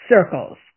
circles